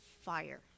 fire